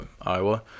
Iowa